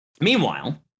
Meanwhile